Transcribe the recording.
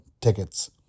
tickets